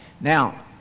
Now